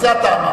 את זה אתה אמרת.